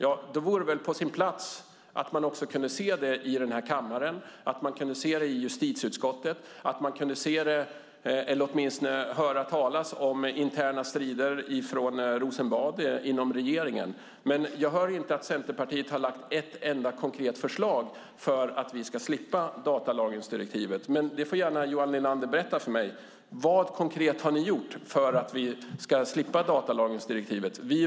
Detta borde väl märkas i kammaren och i justitieutskottet, och man borde höra talas om interna strider inom regeringen. Men jag har inte hört att Centerpartiet har lagt fram ett enda konkret förslag för att vi ska slippa datalagringsdirektivet. Johan Linander får gärna berätta för mig vad Centerpartiet konkret har gjort för att vi ska slippa datalagringsdirektivet.